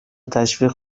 تشویق